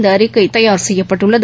இந்த அறிக்கை தயார் செய்யப்பட்டுள்ளது